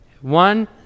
One